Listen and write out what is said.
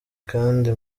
kandi